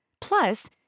Plus